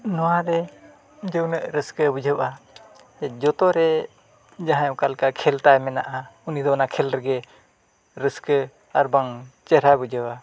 ᱱᱚᱣᱟ ᱨᱮᱫᱚ ᱩᱱᱟᱹᱜ ᱨᱟᱹᱥᱠᱟᱹ ᱵᱩᱡᱷᱟᱹᱜᱼᱟ ᱡᱚᱛᱚᱨᱮ ᱡᱟᱦᱟᱸᱭ ᱚᱠᱟᱞᱮᱠᱟ ᱠᱷᱮᱞ ᱛᱟᱭ ᱢᱮᱱᱟᱜᱼᱟ ᱩᱱᱤ ᱫᱚ ᱚᱱᱟ ᱠᱷᱮᱞ ᱨᱮᱜᱮ ᱨᱟᱹᱥᱠᱟᱹ ᱟᱨᱵᱟᱝ ᱪᱮᱦᱨᱟᱭ ᱵᱩᱡᱷᱟᱹᱣᱟ